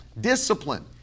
Discipline